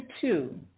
two